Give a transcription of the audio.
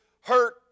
hurt